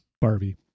Barbie